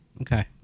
Okay